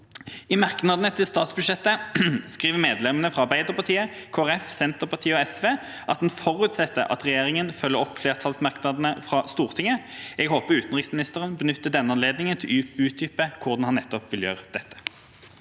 I merknadene til statsbudsjettet skriver medlemmene fra Arbeiderpartiet, Kristelig Folkeparti, Senterpartiet og SV at en «forutsetter at regjeringen følger opp flertallsmerknader fra Stortinget». Jeg håper utenriksministeren benytter denne anledningen til å utdype hvordan han vil gjøre nettopp